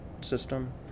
system